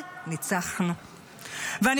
על מה?